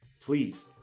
Please